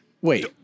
wait